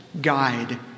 guide